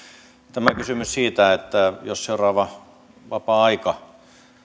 tämä kysymys siitä että jos seuraava vapaa aika